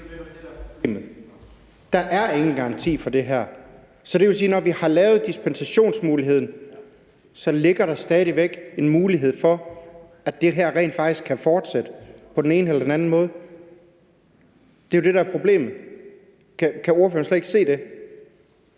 Der er ingen garanti for det her. Så det vil sige, at når vi har lavet dispensationsmuligheden, så ligger der stadig væk en mulighed for, at det her rent faktisk kan fortsætte på den ene eller den anden måde. Det er jo det, der er problemet. Kan ordføreren slet ikke se det?